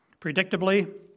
Predictably